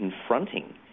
confronting